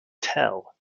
tell